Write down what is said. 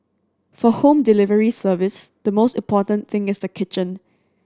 for home delivery service the most important thing is the kitchen